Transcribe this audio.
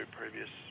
previous